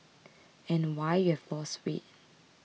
and why you have lost weight